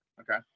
okay